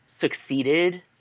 succeeded